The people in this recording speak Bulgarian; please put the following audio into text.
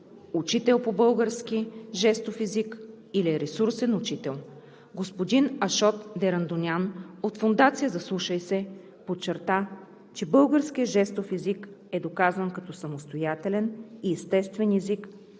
учител по български жестов език или ресурсен учител. Господин Ашод Дерандонян от фондация „Заслушай се“ подчерта, че българският жестов език е доказан като самостоятелен и естествен език